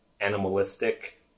animalistic